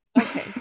okay